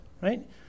Right